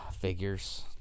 Figures